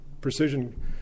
Precision